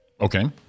Okay